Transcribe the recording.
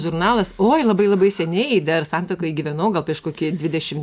žurnalas oi labai labai seniai dar santuokoj gyvenau gal prieš kokį dvidešim